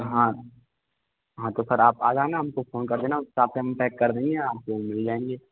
हाँ हाँ तो सर आप आ जाना हमको फोन कर देना उस हिसाब से हम पैक कर देंगे आप ले जाएंगे